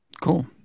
cool